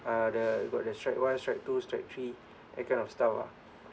uh the got the strike one strike two strike three that kind of stuff ah